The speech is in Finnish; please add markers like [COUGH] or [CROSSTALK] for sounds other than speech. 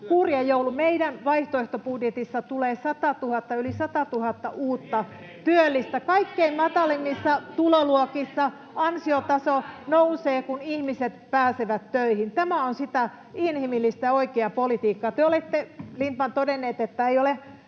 kurja joulu. Meidän vaihtoehtobudjetissamme tulee yli 100 000 uutta työllistä. [NOISE] Kaikkein matalimmissa tuloluokissa ansiotaso nousee, kun ihmiset pääsevät töihin. Tämä on sitä inhimillistä ja oikeaa politiikkaa. Te olette, Lindtman, todennut, että ei ole